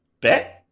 Bet